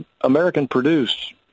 American-produced